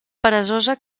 peresosa